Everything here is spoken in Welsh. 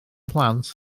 plant